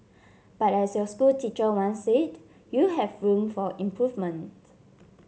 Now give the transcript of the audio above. but as your school teacher once said you have room for improvement